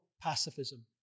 Pacifism